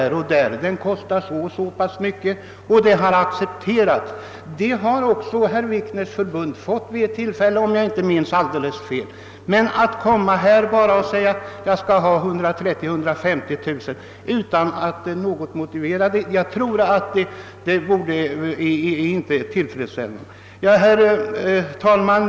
Sådana anslag har herr Wikners förbund också fått, om jag inte minns alldeles fel. Att bara utan närmare motivering begära 130000 eller 150 000 kronor är däremot inte tillfredsställande. Herr talman!